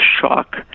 shock